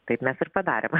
kaip mes ir padarėm